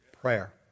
Prayer